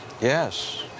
Yes